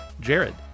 jared